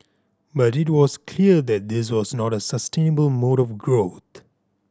but it was clear that this was not a sustainable mode of growth